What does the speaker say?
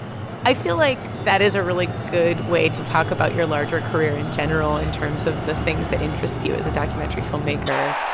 i feel like that is a really good way to talk about your larger career in general in terms of the things that interest you as a documentary filmmaker.